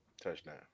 Touchdown